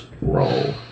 roll